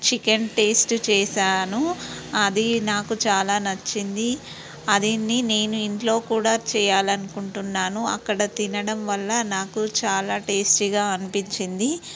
chicken taste చేశాను అది నాకు చాలా నచ్చింది అదేంది నేను ఇంట్లో కూడా చేయాలనుకుంటున్నాను అక్కడ తినడం వల్ల నాకు చాలా టేస్టీగా అనిపించింది